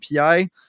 API